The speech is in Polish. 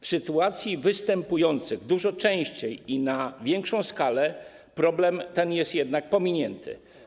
W sytuacji występujących dużo częściej i na większą skalę problem ten jest jednak pominięty.